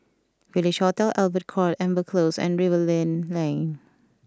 Village Hotel Albert Court Amber Close and Rivervale Lane